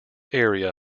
area